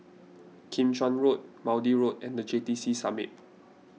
Kim Chuan Road Maude Road and the J T C Summit